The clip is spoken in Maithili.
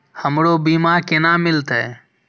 हमरो बीमा केना मिलते?